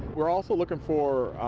we're also looking for